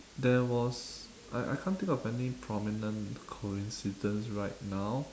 there was I I can't think of any prominent coincidence right now